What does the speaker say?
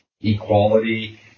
equality